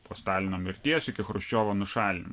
po stalino mirties iki chruščiovo nušalinimo